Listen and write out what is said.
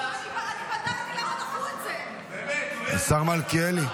אבל חבר הכנסת מאיר, אני --- באמת, יש גבול.